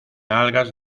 algas